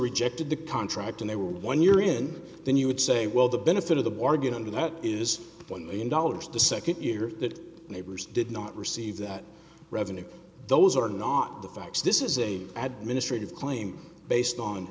rejected the contract on their one year in then you would say well the benefit of the bargain under that is one million dollars the second year that neighbors did not receive that revenue those are not the facts this is a administrators claim based on